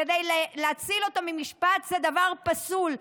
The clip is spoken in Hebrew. כדי להציל אותו ממשפט, זה דבר פסול.